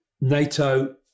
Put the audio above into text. NATO